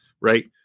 right